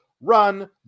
run